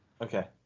Okay